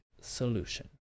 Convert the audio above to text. solution